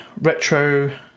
Retro